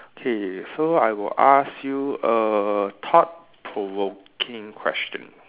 okay so I would ask you a thought provoking question